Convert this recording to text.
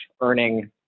earning